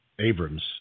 Abrams